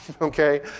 okay